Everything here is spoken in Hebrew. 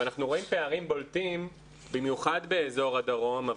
אנחנו רואים פערים בולטים במיוחד באזור הדרום,